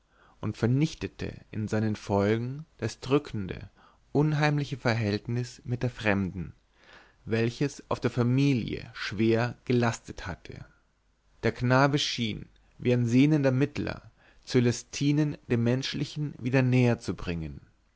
und vernichtete in seinen folgen das drückende unheimliche verhältnis mit der fremden welches auf der familie schwer gelastet hatte der knabe schien wie ein sehnender mittler cölestinen dem menschlichen wieder näher zu bringen